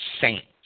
saints